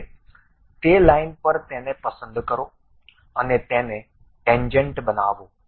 હવે તે લાઇન પર તેને પસંદ કરો અને તેને ટેન્જેન્ટ બનાવો